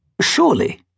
Surely